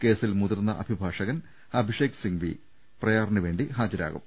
കേസിൽ മുതിർന്ന അഭിഭാഷകൻ അഭിഷേക് സിംഗ്വി കേസിൽ പ്രയാറിനുവേണ്ടി ഹാജരാകും